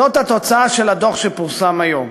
זאת התוצאה של הדוח שפורסם היום.